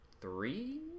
three